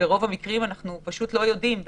כאשר ברוב המקרים אנחנו פשוט לא יודעים על זה,